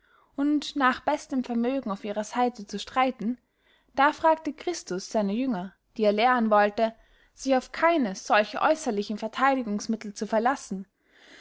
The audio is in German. und nach bestem vermögen auf ihrer seiten zu streiten da fragte christus seine jünger die er lehren wollte sich auf keine solche äusserlichen vertheidigungsmittel zu verlassen